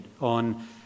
on